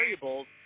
variables